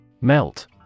Melt